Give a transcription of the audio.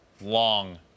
long